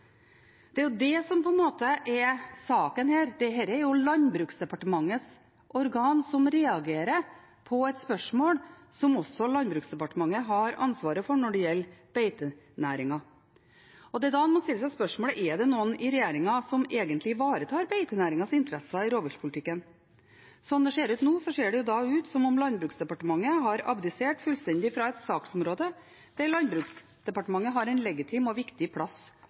Det er jo det som er saken her. Dette er Landbruksdepartementets organ som reagerer på et spørsmål som også Landbruksdepartementet har ansvaret for når det gjelder beitenæringen. Det er da en må stille seg spørsmålet: Er det egentlig noen i regjeringen som ivaretar beitenæringens interesser i rovviltpolitikken? Slik det er nå, ser det ut som om Landbruksdepartementet har abdisert fullstendig fra et saksområde der Landbruksdepartementet har en legitim og viktig plass